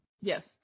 Yes